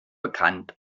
bekannt